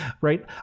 right